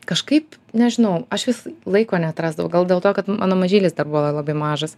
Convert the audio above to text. kažkaip nežinau aš vis laiko neatrasdavau gal dėl to kad mano mažylis dar buvo labai mažas